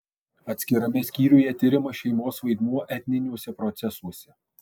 atskirame skyriuje tiriamas šeimos vaidmuo etniniuose procesuose